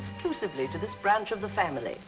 exclusively to this branch of the family